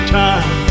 time